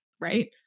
Right